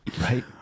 Right